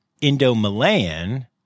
Indo-Malayan